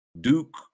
Duke